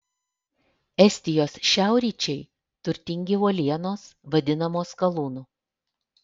estijos šiaurryčiai turtingi uolienos vadinamos skalūnu